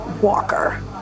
walker